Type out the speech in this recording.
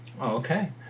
okay